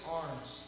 arms